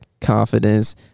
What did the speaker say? confidence